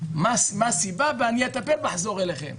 מה הסיבה, אטפל ואחזור אליכן.